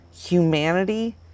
humanity